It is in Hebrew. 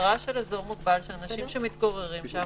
המטרה של אזור מוגבל היא שאנשים שמתגוררים שם